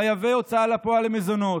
חייבי ההוצאה לפועל למזונות,